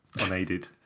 unaided